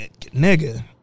Nigga